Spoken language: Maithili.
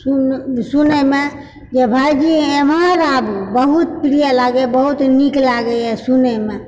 सुन सुनयमे जे भाइजी एमहर आबु बहुत प्रिय लागयए बहुत नीक लागयए सुनयमे